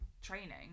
training